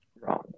wrong